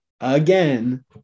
again